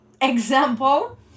example